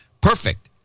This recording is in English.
Perfect